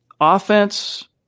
offense